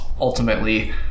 ultimately